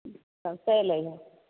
तब चैलि अहिए